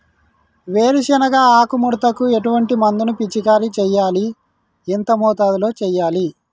వేరుశెనగ ఆకు ముడతకు ఎటువంటి మందును పిచికారీ చెయ్యాలి? ఎంత మోతాదులో చెయ్యాలి?